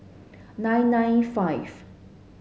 nine nine five